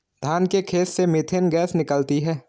धान के खेत से मीथेन गैस निकलती है